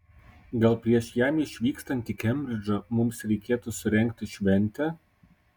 gal prieš jam išvykstant į kembridžą mums reikėtų surengti šventę